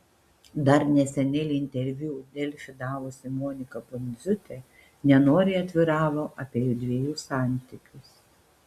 dar neseniai interviu delfi davusi monika pundziūtė nenoriai atviravo apie jųdviejų santykius